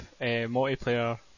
multiplayer